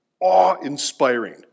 awe-inspiring